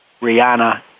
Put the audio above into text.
Rihanna